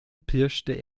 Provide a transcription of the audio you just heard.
pirschte